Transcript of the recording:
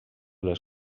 les